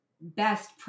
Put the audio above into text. best